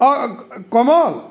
অঁ কমল